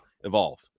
evolve